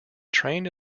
trained